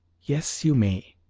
yes, you may,